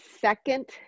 second